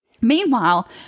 Meanwhile